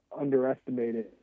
underestimated